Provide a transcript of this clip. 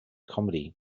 comedy